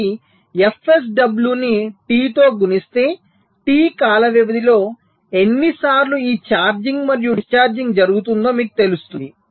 కాబట్టి fSW ని T తో గుణిస్తే T కాల వ్యవధిలో ఎన్నిసార్లు ఈ ఛార్జింగ్ మరియు డిశ్చార్జింగ్ జరుగుతుందో మీకు తెలుస్తుంది